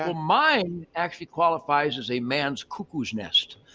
ah mine actually qualifies as a man's cuckoo's nest.